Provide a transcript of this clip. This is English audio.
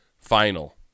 final